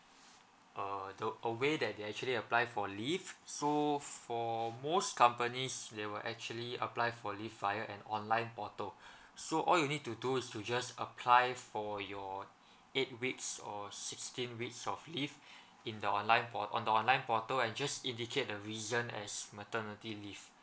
uh the a way that they actually apply for leave so for most companies they will actually apply for leave via an online portal so all you need to do is to just apply for your eight weeks or sixteen weeks of leave in the online po~ on the online portal and just indicate the reason as maternity leave